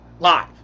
Live